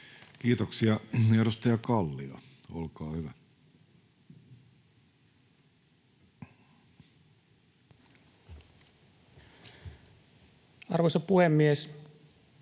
Kiitoksia. — Edustaja Kallio, olkaa hyvä. Arvoisa puhemies!